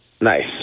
Nice